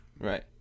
Right